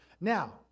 Now